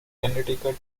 connecticut